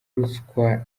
ruswa